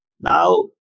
Now